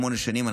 שמונה שנים,